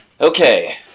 Okay